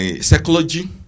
psychology